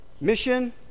mission